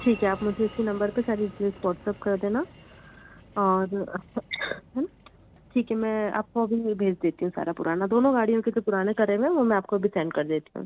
ठीक है आप मुझे इसी नम्बर पर सारी डिटेल्स वाट्सअप कर देना और है ना ठीक है मैं आपको अभी भेज देती हूँ सारा पुराना दोनों गाड़ियों के जो पुराने करे हुए हैं वो मैं आपको अभी सेंड कर देती हूँ